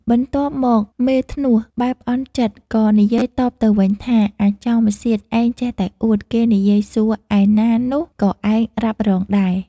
បន្ទាប់មកមេធ្នស់ បែបអន់ចិត្ត ក៏និយាយតបទៅវិញថា អាចោលម្សៀត ឯងចេះតែអួត គេនិយាយសួរ ឯណានោះក៏ឯងរ៉ាប់រងដែរ។